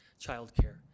childcare